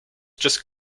just